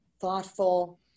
thoughtful